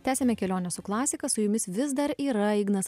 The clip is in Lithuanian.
tęsiame kelionę su klasika su jumis vis dar yra ignas